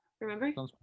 Remember